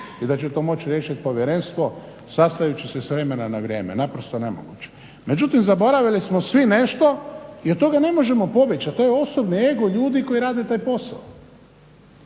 i da će to moći riješiti povjerenstvo. Sastat će se s vremena na vrijeme, naprosto nemoguće. Međutim, zaboravili smo svi nešto i od toga ne možemo pobjeći, a to je osobni ego ljudi koji rade taj posao.